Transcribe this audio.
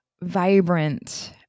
vibrant